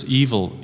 evil